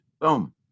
Boom